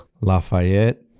Lafayette